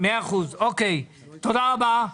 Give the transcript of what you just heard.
תודה רבה.